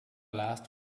last